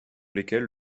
lesquelles